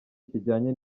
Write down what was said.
kijyanye